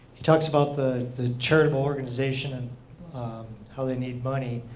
he talks about the the charitable organization and how they need money.